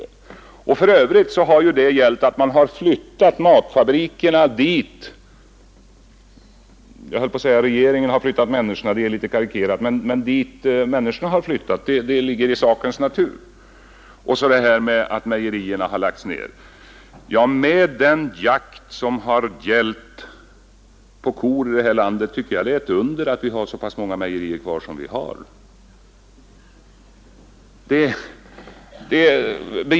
För övrigt har det ju gällt att man har flyttat matfabrikerna — jag höll på att säga ”dit regeringen har flyttat människorna”, men det är litet karikerat — dit människorna har flyttat; det ligger i sakens natur. Och så det här med att mejerierna har lagts ner. Ja, med den jakt som det har varit på kor här i landet tycker jag det är ett under att vi har så pass många mejerier kvar som vi har.